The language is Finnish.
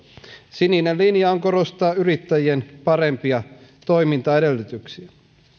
sininen linja on korostaa yrittäjien parempia toimintaedellytyksiä